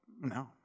No